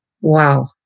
Wow